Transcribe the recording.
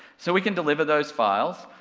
so we can deliver those files,